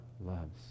loves